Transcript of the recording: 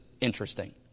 interesting